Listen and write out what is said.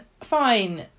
fine